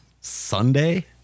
Sunday